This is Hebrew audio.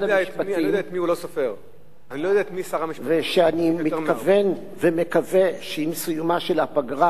המשפטים ושאני מתכוון ומקווה שעם סיומה של הפגרה